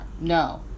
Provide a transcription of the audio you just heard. no